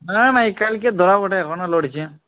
না না এই কালকে ধরা বটে এখনও লড়ছে